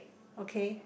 okay